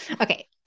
Okay